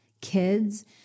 kids